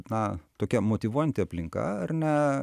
na tokia motyvuojanti aplinka ar ne